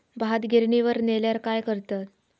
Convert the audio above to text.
भात गिर्निवर नेल्यार काय करतत?